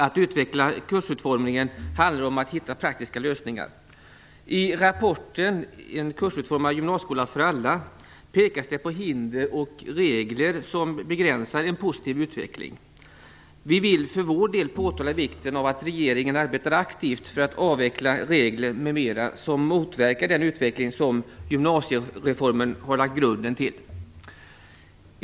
Att utveckla kursutformningen handlar om att hitta praktiska lösningar. I rapporten En kursutformad gymnasieskola för alla, pekas på hinder och regler som begränsar en positiv utveckling. Vi vill för vår del påtala vikten av att regeringen arbetar aktivt för att avveckla regler m.m. som motverkar den utveckling som gymnasiereformen har lagt grunden till.